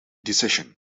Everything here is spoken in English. decision